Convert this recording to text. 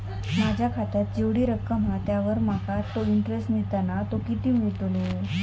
माझ्या खात्यात जेवढी रक्कम हा त्यावर माका तो इंटरेस्ट मिळता ना तो किती मिळतलो?